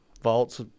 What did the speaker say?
vaults